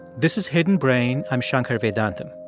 this is hidden brain. i'm shankar vedantam.